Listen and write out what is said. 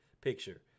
picture